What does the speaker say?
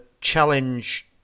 challenge